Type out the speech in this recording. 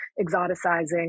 exoticizing